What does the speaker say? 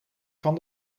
van